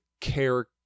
care